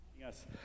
Yes